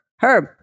Herb